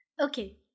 Okay